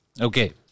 Okay